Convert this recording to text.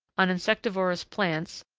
on insectivorous plants,